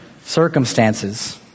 circumstances